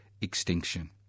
extinction